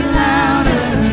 louder